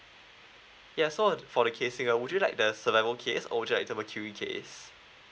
ya so for the casing would you like the survivor case or would you like the mercury case